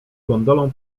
gondolą